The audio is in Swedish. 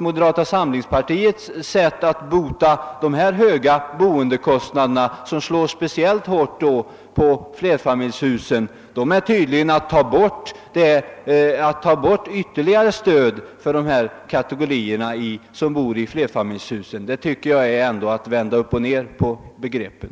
moderata samlingspartiets recept för att klara av dessa höga boendekostnader, som slår speciellt hårt när det gäller flerfamiljshusen, tydligen är att ta bort ytterligare stöd för de kategorier som bor i flerfamiljshusen. Det tycker jag ändå är att vända upp och ned på begreppen.